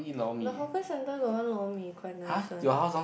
the hawker center got one lor mee quite nice one